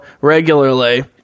regularly